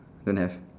don't have